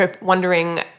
wondering